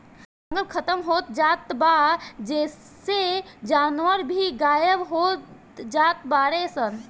जंगल खतम होत जात बा जेइसे जानवर भी गायब होत जात बाडे सन